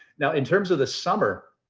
now in terms of the summer,